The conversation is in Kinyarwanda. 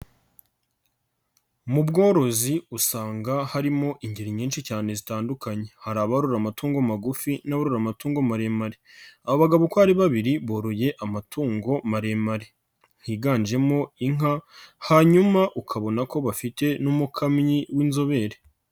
Mu bworozi usanga harimo ingeri nyinshi cyane zitandukanye, hari aborora amatungo magufi n'aborora amatungo maremare, aba bagabo uko ari babiri boroye amatungo maremare, higanjemo inka hanyuma ukabona ko bafite n'umukamyi w'inzobere.